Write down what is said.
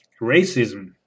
racism